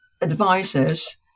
advisors